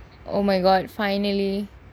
oh my god finally